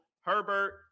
Herbert